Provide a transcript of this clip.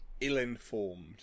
ill-informed